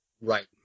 Right